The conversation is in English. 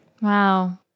Wow